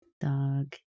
dog